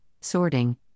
sorting